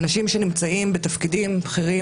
אנשים שנמצאים בתפקידים בכירים.